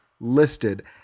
listed